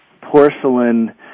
porcelain